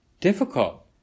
difficult